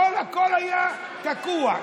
הכול היה תקוע.